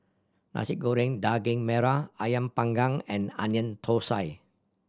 Nasi Goreng Daging Merah Ayam Panggang and Onion Thosai